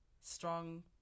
strong